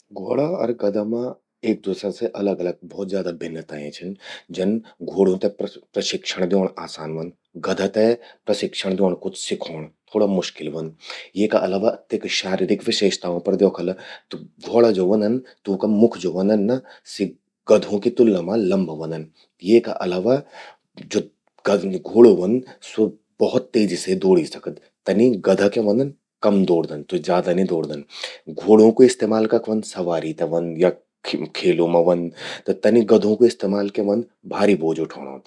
घ्वोड़ा अर गधा मां एक दूसरा से अलग अलग भौत ज्यादा भिन्नताएं छिन। जन घ्वोड़ूं ते प्रशिक्षण द्योंण आसान व्हंद। गधा ते प्रशिक्षण द्योंण, कुछ सिखौंण थोड़ा मुश्किल व्हंद। येका अलावा तेका शारीरीक विशेषताओं पर द्योखला, त घ्वोड़ा ज्वो व्हंदन तूंका मुख ज्वो व्हंदन सि गधों कि तुलना मां लंबा व्हंदन। येका अलावा ज्वो घ्वोड़ू व्हंद, स्वो भौत तेजी से दोड़ी सकद। तनि गधा क्या व्हंदन, सि कम दोड़दन, सि ज्यादा नि दोड़दन। घ्वोड़ूं कू इस्तेमाल कख व्हंद, सवारी ते व्हंद या खेलूं मां व्हंद। तनि गधों कू इस्तेमाल क्या व्हंद, भारि बोझ उठौंणो ते।